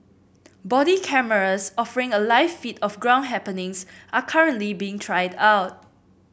body cameras offering a live feed of ground happenings are currently being tried out